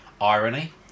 Irony